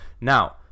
Now